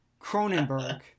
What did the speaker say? Cronenberg